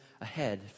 ahead